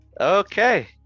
Okay